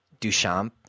Duchamp